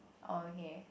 okay